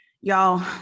y'all